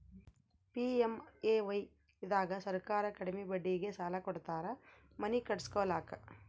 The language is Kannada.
ಪಿ.ಎಮ್.ಎ.ವೈ ದಾಗ ಸರ್ಕಾರ ಕಡಿಮಿ ಬಡ್ಡಿಗೆ ಸಾಲ ಕೊಡ್ತಾರ ಮನಿ ಕಟ್ಸ್ಕೊಲಾಕ